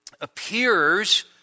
appears